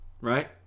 Right